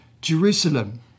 Jerusalem